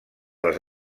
les